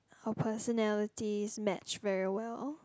her personalities match very well